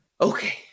Okay